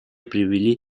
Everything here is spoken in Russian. привели